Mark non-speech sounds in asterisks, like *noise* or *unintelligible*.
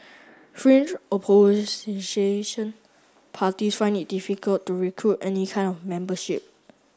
fringe *unintelligible* parties find it difficult to recruit any kind of membership